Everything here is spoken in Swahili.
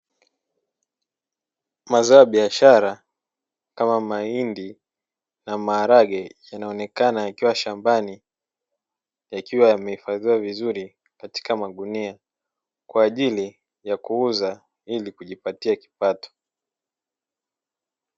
Mazao ya biashara, kama mahindi na maharage, yanaonekana yakiwa shambani yakiwa yamehifadhiwa vizuri katika magunia, kwa ajili ya kuuza ili kujipatia kipato.